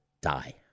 die